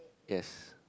yes